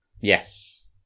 Yes